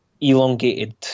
elongated